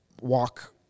walk